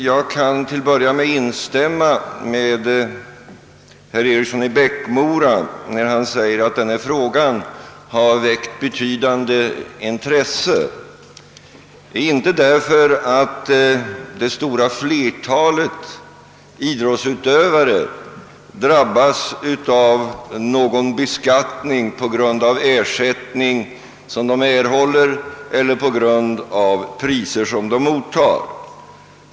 Jag kan till att börja med instämma med herr Eriksson i Bäckmora när han säger att denna fråga har väckt betydande intresse, dock inte därför att det stora flertalet idrottsutövare drabbas av någon beskattning på grund av ersättning som de erhåller eller priser som de mottar.